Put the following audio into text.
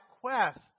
quest